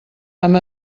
amb